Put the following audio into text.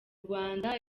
rwanda